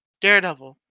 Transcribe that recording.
Daredevil